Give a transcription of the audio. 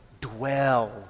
dwell